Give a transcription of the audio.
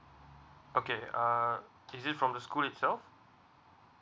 okay uh is it from the school itself